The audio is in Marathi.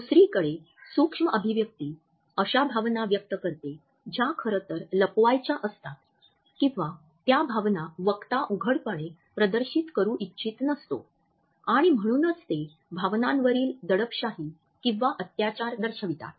दुसरीकडे सूक्ष्म अभिव्यक्ती अश्या भावना व्यक्त करते ज्या खरं तर लपवायच्या असतात किंवा त्या भावना वक्ता उघडपणे प्रदर्शित करू इच्छित नसतो आणि म्हणूनच ते भावनांवरील दडपशाही किंवा अत्याचार दर्शवितात